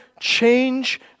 change